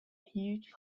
huge